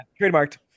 Trademarked